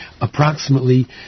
approximately